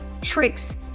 tricks